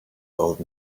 old